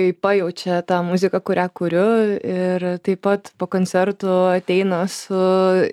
kai pajaučia tą muziką kurią kuriu ir taip pat po koncertų ateina su